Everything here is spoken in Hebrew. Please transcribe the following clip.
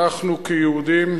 אנחנו כיהודים,